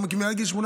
כי הוא מעל גיל 18,